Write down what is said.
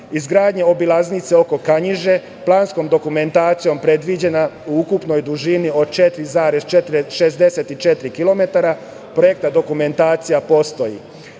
izgradnja obilaznice oko Kanjiže, planskom dokumentacijom predviđena u ukupnoj dužini od 4,64 kilometara. Projektna dokumentacija postoji. Dalje,